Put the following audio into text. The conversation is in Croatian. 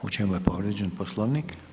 U čemu je povrijeđen Poslovnik?